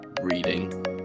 reading